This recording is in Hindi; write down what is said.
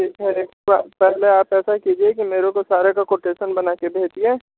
ठीक है रेट का आप पहले तो आप ऐसा कीजिए कि मेरे को सारे का कोटेशन बना के भेजिए